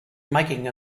making